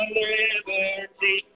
liberty